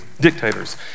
dictators